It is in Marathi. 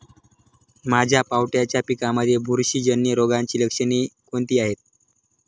माझ्या पावट्याच्या पिकांमध्ये बुरशीजन्य रोगाची लक्षणे कोणती आहेत?